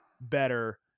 better